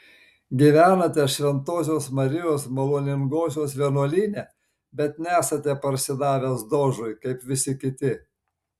gyvenate šventosios marijos maloningosios vienuolyne bet nesate parsidavęs dožui kaip visi kiti